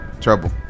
trouble